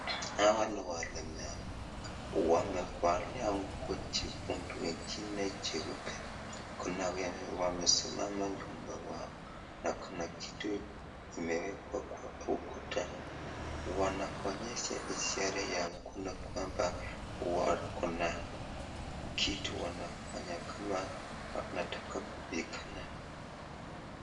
Hawa ni walemavu wamevalia nguo jekundu wengine jeupe kuna wamesimama nyuma yao, na kuna kitu imewekwa kwa ukuta. Wanaonyesha ishara ya mono ya kwamba wakona kitu wanafanya kama wanataka kupigana.